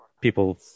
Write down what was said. people